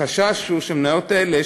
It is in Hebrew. החשש הוא שהמניות האלה,